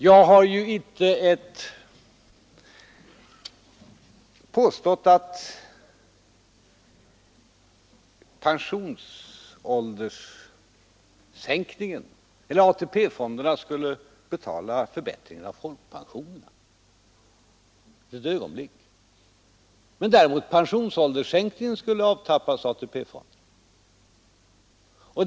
Jag har inte ett ögonblick påstått att AP-fonderna skulle betala förbättringen av folkpensionerna. Däremot skulle pensionsålderssänkningen avtappa AP-fonderna.